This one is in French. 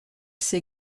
ces